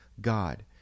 God